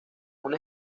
una